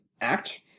act